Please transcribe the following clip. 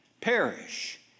perish